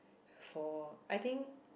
for I think